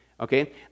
Okay